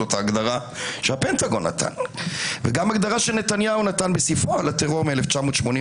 זאת ההגדרה שהפנטגון נתן וגם הגדרה שנתניהו נתן בספרו על הטרור מ-1988,